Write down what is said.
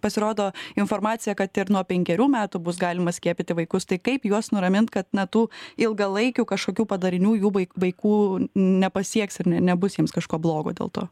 pasirodo informacija kad ir nuo penkerių metų bus galima skiepyti vaikus tai kaip juos nuramint kad na tų ilgalaikių kažkokių padarinių jų vaikų nepasieks ir ne nebus jiems kažko blogo dėl to